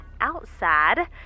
outside